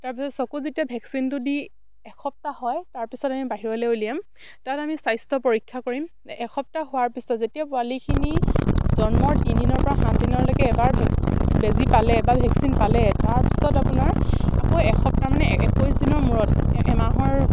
তাৰপিছত চকু যেতিয়া ভেকচিনটো দি এসপ্তাহ হয় তাৰপিছত আমি বাহিৰলে উলিয়াম তাত আমি স্বাস্থ্য পৰীক্ষা কৰিম এসপ্তাহ হোৱাৰ পিছত যেতিয়া পোৱালিখিনি জন্মৰ তিনদিনৰ পৰা সাত দিনলৈকে এবাৰ ভেক বেজী পালে বা ভেকচিন পালে তাৰপিছত আপোনাৰ আকৌ এসপ্তাহ মানে একৈছ দিনৰ মূৰত এমাহৰ